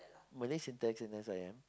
Malay syntax in S_I_M